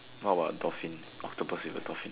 what about a dolphin octopus with a dolphin